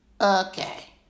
Okay